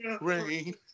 rain